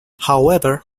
however